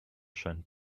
scheint